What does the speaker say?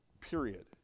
period